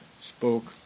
spoke